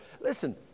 Listen